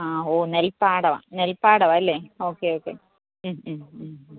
ആ ഓ നെൽപ്പാടവാ നെൽപ്പാടവാ അല്ലേ ഓക്കെ ഓക്കെ മ്മ് മ്മ് മ്മ്